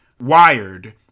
Wired